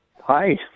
Hi